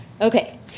Okay